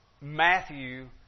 Matthew